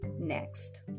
next